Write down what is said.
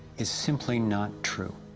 is simply not true.